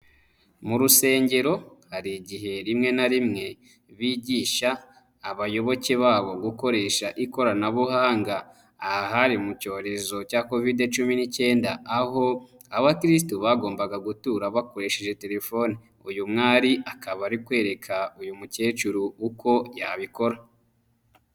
Mu rusengero hari igihe rimwe na rimwe bigisha abayoboke babo gukoresha ikoranabuhanga, aha hari mu cyorezo cya covid cumi n'icyenda, aho abakiristu bagombaga gutura bakoresheje telefoni, uyu mwari akaba ari kwereka uyu mukecuru uko yabikora.